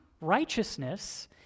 righteousness